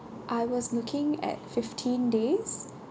I was looking at fifteen days